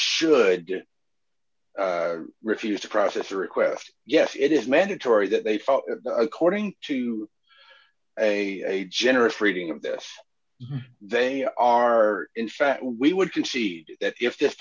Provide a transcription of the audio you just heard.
should refuse to process a request yes it is mandatory that they felt according to a generous reading of this they are in fact we would concede that if this